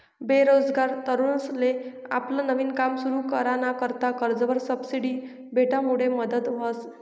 बेरोजगार तरुनसले आपलं नवीन काम सुरु कराना करता कर्जवर सबसिडी भेटामुडे मदत व्हस